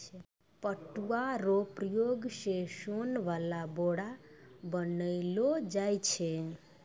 पटुआ रो प्रयोग से सोन वाला बोरा बनैलो जाय छै